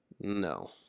No